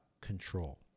control